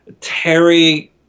Terry